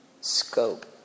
scope